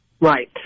right